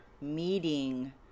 meeting